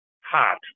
hot